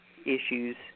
issues